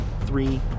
three